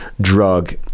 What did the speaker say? drug